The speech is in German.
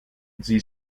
sie